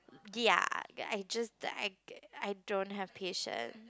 ya I just I I don't have patience